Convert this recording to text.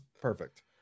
perfect